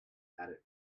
attic